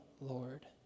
Lord